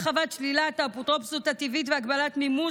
הרחבת שלילת האפוטרופסות הטבעית והגבלת מימוש